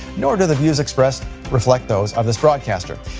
nor do the views expressed reflect those of this broadcaster.